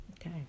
Okay